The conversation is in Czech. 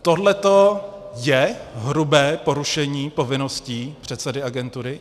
Tohle je hrubé porušení povinností předsedy agentury?